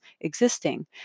existing